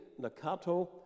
Nakato